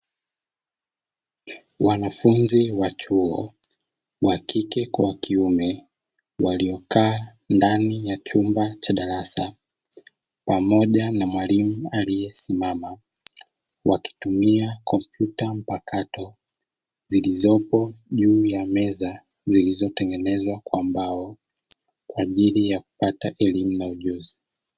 Wanafunzi wa chuo wa kike kwa kiume waliokaa ndani ya chumba cha darasa pamoja na mwalimu aliyesimama, wakitumia kompyuta mpakato zilizopo juu ya meza, zilizotengenezwa kwa mbao kwa ajili ya kupata elimu na ujuzi.